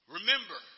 Remember